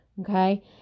okay